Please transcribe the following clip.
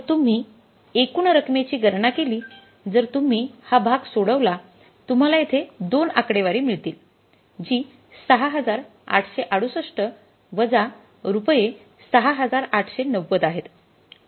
जर तुम्ही एकूण रकमेची गणना केली जर तुम्ही हा भाग सोडवला तुम्हाला येथे दोन आकडेवारी मिळतील जी ६८६८ वजा रुपये ६८९० आहेत